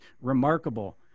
remarkable